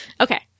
Okay